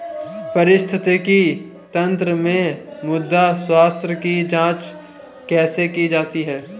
पारिस्थितिकी तंत्र में मृदा स्वास्थ्य की जांच कैसे की जाती है?